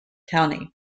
county